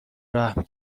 رحم